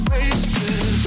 Wasted